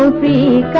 ah be